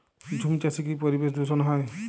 ঝুম চাষে কি পরিবেশ দূষন হয়?